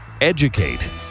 educate